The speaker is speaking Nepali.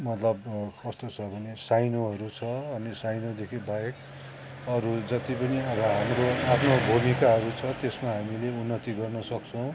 मतलब कस्तो छ भने साइनोहरू छ अनि साइनोदेखि बाहेक अरू जति पनि अब हाम्रो आफ्नो भूमिकाहरू छ त्यसमा हामीले उन्नति गर्न सक्छौँ